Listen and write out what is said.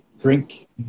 drink